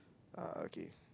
oh okay